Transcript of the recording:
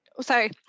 sorry